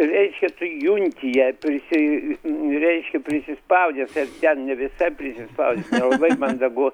reiškia tu junti ją prisi reiškia prisispaudi jau ten ten visa prisispaudi nelabai mandagu